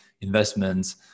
investments